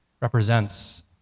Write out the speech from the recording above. represents